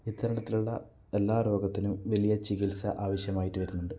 ഇത്തരത്തിലുള്ള എല്ലാ രോഗത്തിനും വലിയ ചികിത്സ ആവശ്യമായിട്ട് വരുന്നുണ്ട്